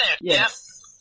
Yes